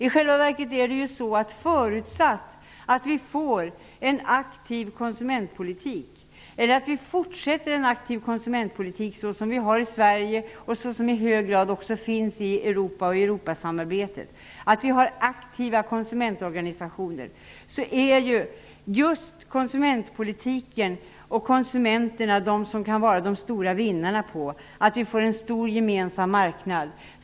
I själva verket är det så, att förutsatt att vi fortsätter att föra en aktiv konsumentpolitik, såsom vi gör i Sverige bl.a. genom aktiva konsumentorganisationer och såsom i hög grad förs inom Europasamarbetet, är det just konsumenterna som är de stora vinnarna om vi får en stor gemensam marknad.